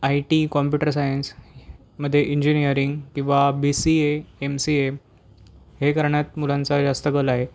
I T computer सायन्समध्ये engineering किंवा B C A M C A हे करण्यात मुलांचा जास्त कल आहे